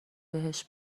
بهش